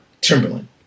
Timberland